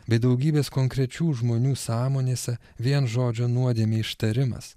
bei daugybės konkrečių žmonių sąmonėse vien žodžio nuodėmė ištarimas